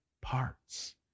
parts